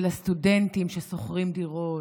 של הסטודנטים ששוכרים דירות,